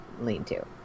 lean-to